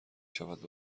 شود